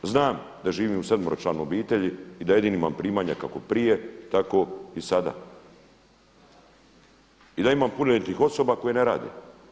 Znam da živim u sedmeročlanoj obitelji i da jedini imam primanja kako prije, tako i sada i da imam punoljetnih osoba koje ne rade.